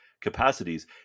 capacities